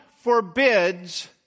forbids